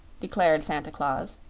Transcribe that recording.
declared santa claus,